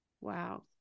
Wow